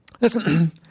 Listen